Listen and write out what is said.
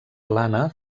plana